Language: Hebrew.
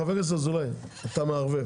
חבר הכנסת אזולאי, אתה מערבב.